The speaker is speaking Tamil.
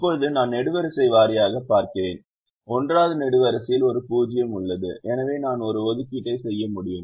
இப்போது நான் நெடுவரிசை வாரியாகப் பார்க்கிறேன் 1 வது நெடுவரிசையில் ஒரு 0 உள்ளது எனவே நான் ஒரு ஒதுக்கீட்டை செய்ய முடியும்